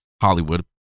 Hollywood